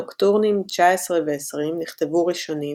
נוקטורנים 19 ו-20 נכתבו ראשונים,